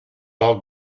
all